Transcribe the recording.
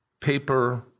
paper